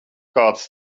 kāds